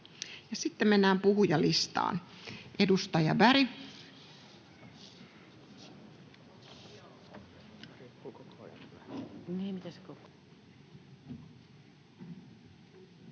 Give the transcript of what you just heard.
sitten mennään puhujalistaan. Edustaja Berg.